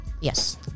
yes